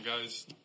guys